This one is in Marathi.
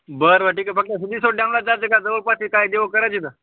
बरं ठीक आहे फक्त सिद्धेश्वर डॅमला जायचं का जवळपासची काय देव करायची का